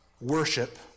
worship